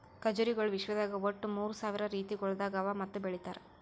ಖಜುರಿಗೊಳ್ ವಿಶ್ವದಾಗ್ ಒಟ್ಟು ಮೂರ್ ಸಾವಿರ ರೀತಿಗೊಳ್ದಾಗ್ ಅವಾ ಮತ್ತ ಬೆಳಿತಾರ್